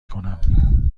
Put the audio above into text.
کنم